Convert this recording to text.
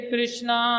Krishna